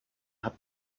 hat